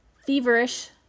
feverish